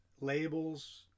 labels